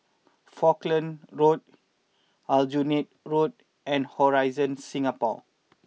Falkland Road Aljunied Road and Horizon Singapore